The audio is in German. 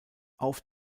auf